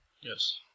Yes